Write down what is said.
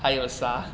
还有沙